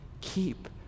Keep